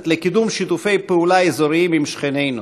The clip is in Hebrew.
לקידום שיתופי פעולה אזוריים עם שכנינו,